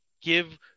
give